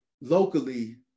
locally